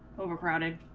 overcrowded